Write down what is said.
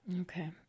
okay